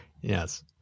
yes